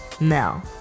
Now